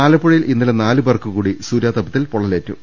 ആലപ്പുഴയിൽ ഇന്നലെ നാലുപേർക്കുകൂടി സൂര്യാ തപത്തിൽ പൊള്ളലേറ്റു